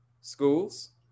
schools